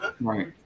right